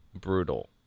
brutal